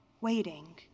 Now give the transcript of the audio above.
waiting